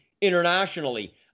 internationally